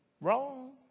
wrong